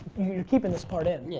you're keeping this part in. yeah.